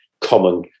common